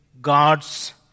God's